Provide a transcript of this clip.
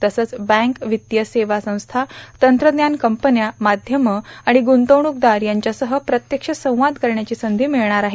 तसंच बॅक वित्तीय सेवा संस्था तंत्रज्ञान कंपन्या माध्यमं आणि गुंतवणुकदार यांच्यासह प्रत्यक्ष संवाद करण्याची संघी मिळणार आहे